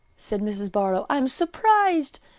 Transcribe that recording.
said mrs. barlow, i am surprised.